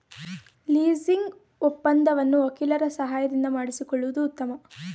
leasing ಒಪ್ಪಂದವನ್ನು ವಕೀಲರ ಸಹಾಯದಿಂದ ಮಾಡಿಸಿಕೊಳ್ಳುವುದು ಉತ್ತಮ